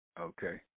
okay